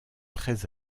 très